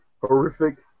Horrific